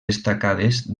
destacades